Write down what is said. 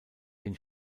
den